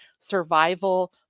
survival